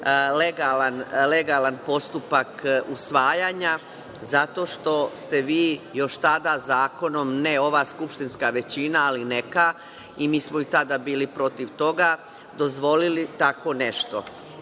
legalan postupak usvajanja, zato što ste vi još tada zakonom, ne ova skupštinska većina, ali neka, i mi smo i tada bili protiv toga, dozvolili tako nešto. Vi,